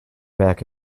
back